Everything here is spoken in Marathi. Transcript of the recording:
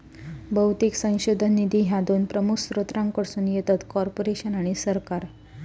बहुतेक संशोधन निधी ह्या दोन प्रमुख स्त्रोतांकडसून येतत, कॉर्पोरेशन आणि सरकार